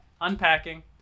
unpacking